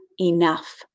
enough